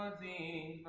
the